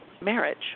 marriage